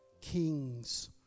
Kings